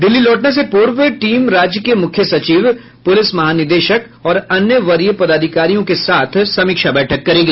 दिल्ली लौटने से पूर्व टीम राज्य के मुख्य सचिव पुलिस महानिदेशक और अन्य वरीय पदाधिकारियों के साथ समीक्षा बैठक करेगी